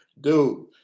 dude